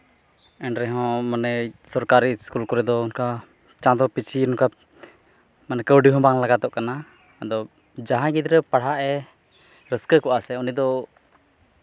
ᱮᱱᱨᱮᱦᱚᱸ ᱢᱟᱱᱮ ᱥᱚᱨᱠᱟᱨᱤ ᱥᱠᱩᱞ ᱠᱚᱨᱮ ᱫᱚ ᱚᱱᱠᱟ ᱪᱟᱸᱫᱚ ᱯᱤᱪᱷᱤ ᱚᱱᱠᱟ ᱢᱟᱱᱮ ᱠᱟᱹᱣᱰᱤ ᱦᱚᱸ ᱵᱟᱝ ᱞᱟᱜᱟᱛᱚᱜ ᱠᱟᱱᱟ ᱟᱫᱚ ᱡᱟᱦᱟᱸᱭ ᱜᱤᱫᱽᱨᱟᱹ ᱯᱟᱲᱦᱟᱜᱼᱮ ᱨᱟᱹᱥᱠᱟᱹ ᱠᱚᱜᱼᱟ ᱥᱮ ᱩᱱᱤᱫᱚ